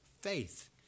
faith